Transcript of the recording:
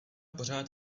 pořád